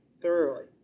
thoroughly